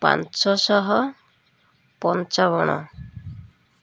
ପାଞ୍ଚଶହ ପଞ୍ଚାବନ